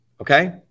Okay